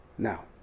Now